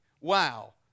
wow